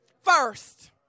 First